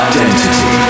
Identity